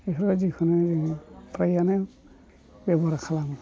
बेफोरबायदि खालामनाय जायो फ्रायानो बेब'हार खालामो